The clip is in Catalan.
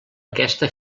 aquesta